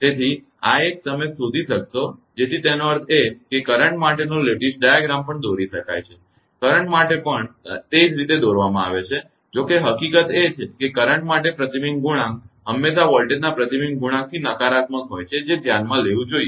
તેથી આ એક તમે શોધી શકશો જેથી તેનો અર્થ એ કે કરંટ માટેનો લેટીસ ડાયાગ્રામ પણ દોરી શકાય છે કરંટ માટે પણ તે જ રીતે દોરવામાં આવે છે જો કે હકીકત એ છે કે કરંટ માટે પ્રતિબિંબ ગુણાંક હંમેશાં વોલ્ટેજના પ્રતિબિંબ ગુણાંકથી નકારાત્મક હોય છે જે ધ્યાનમાં લેવું જોઈએ